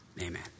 Amen